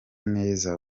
neza